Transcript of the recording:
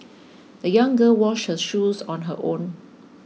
the young girl washed her shoes on her own